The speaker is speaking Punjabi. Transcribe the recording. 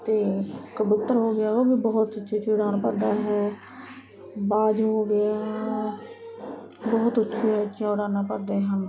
ਅਤੇ ਕਬੂਤਰ ਹੋ ਗਿਆ ਉਹ ਵੀ ਬਹੁਤ ਉੱਚੀ ਉੱਚੀ ਉਡਾਨ ਭਰਦਾ ਹੈ ਬਾਜ ਹੋ ਗਿਆ ਬਹੁਤ ਉੱਚੀਆਂ ਉੱਚੀਆਂ ਉਡਾਨਾਂ ਭਰਦੇ ਹਨ